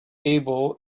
able